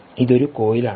ഇത് ഒരു കോയിൽ ആണ്